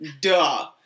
Duh